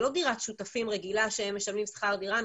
זו לא דירת שותפים רגילה שהם משלמים שכר דירה,